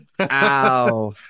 Ow